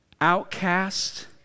outcast